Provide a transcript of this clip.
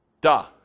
Duh